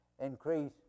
increase